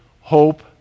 hope